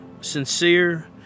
sincere